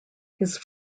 his